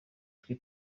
twe